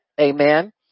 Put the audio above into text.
Amen